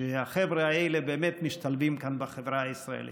כשהחבר'ה האלה באמת משתלבים כאן בחברה הישראלית.